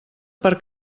per